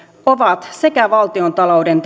ovat sekä valtiontalouden